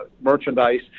merchandise